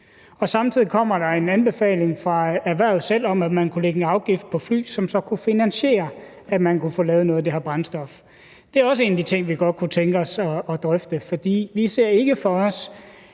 Samtidig kommer der en anbefaling fra erhvervet selv om, at man kunne lægge en afgift på fly, som så kunne finansiere, at man kunne få lavet noget af det her brændstof. Det er også en af de ting, vi godt kunne tænke os at drøfte. For vi ser ikke for os,